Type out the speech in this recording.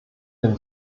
den